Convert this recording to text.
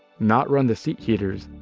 not run the seat heaters,